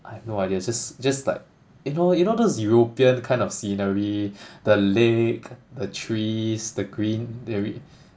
I have no idea just just like you know you know those european kind of scenery the lake the trees the green the re~